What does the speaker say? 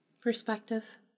Perspective